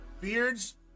Beards